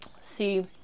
See